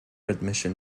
admission